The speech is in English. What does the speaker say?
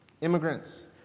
immigrants